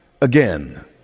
Again